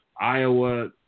Iowa